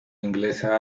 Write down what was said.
inglesa